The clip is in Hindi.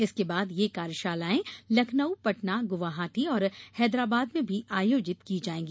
इसके बाद यह कार्यशालायें लखनऊ पटना गुवाहाटी और हैदराबाद में भी आयोजित की जायेंगी